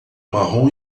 marrom